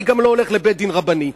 אני גם לא הולך לבית-דין רבני.